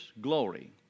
glory